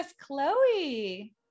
Chloe